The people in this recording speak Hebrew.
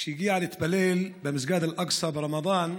הגיעה להתפלל במסגד אל-אקצא ברמדאן,